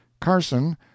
carson